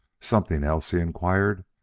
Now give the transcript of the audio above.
something else? he inquired.